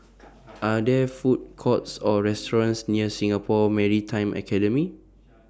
Are There Food Courts Or restaurants near Singapore Maritime Academy